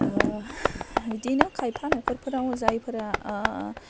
इदिनो खायफा नखरफोराव जायफोरा